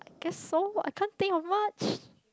guess so I can't think of much